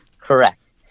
Correct